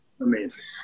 Amazing